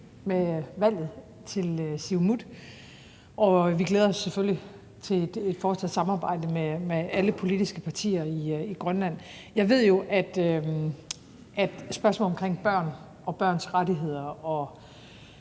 med valget. Vi glæder os selvfølgelig til et fortsat samarbejde med alle politiske partier i Grønland. Jeg ved jo, at spørgsmålet om børn og børns rettigheder og